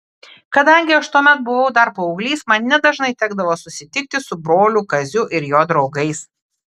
kadangi aš tuomet buvau dar paauglys man nedažnai tekdavo susitikti su broliu kaziu ir jo draugais